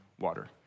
water